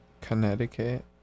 Connecticut